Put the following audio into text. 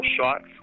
shots